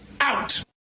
out